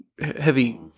heavy